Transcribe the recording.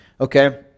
Okay